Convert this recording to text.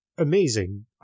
Amazing